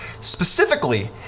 specifically